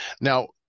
Now